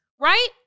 right